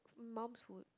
mom's food